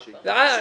לא.